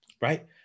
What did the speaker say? right